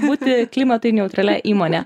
būti klimatui neutralia įmone